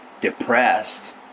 depressed